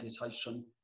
meditation